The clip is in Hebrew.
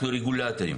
אנחנו רגולטורים.